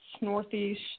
Northeast